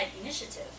Initiative